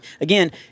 again